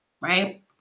right